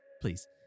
Please